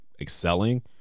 excelling